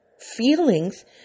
Feelings